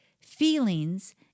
feelings